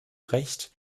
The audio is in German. recht